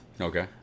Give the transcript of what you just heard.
Okay